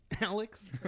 Alex